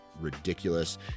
ridiculous